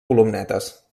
columnetes